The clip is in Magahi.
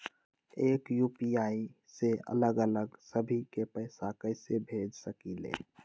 एक यू.पी.आई से अलग अलग सभी के पैसा कईसे भेज सकीले?